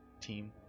team